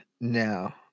now